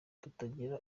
tutagira